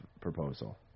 proposal